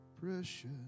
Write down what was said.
precious